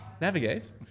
navigate